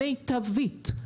מיטבית.